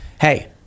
hey